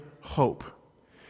hope